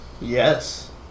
Yes